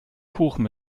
kuchen